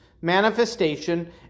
Manifestation